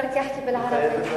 בלכי אחכי באלערבי?